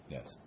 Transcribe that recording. Yes